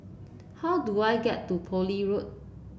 how do I get to Poole Road